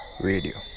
Radio